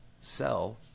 sell